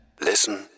Listen